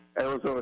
Arizona